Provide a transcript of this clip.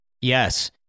Yes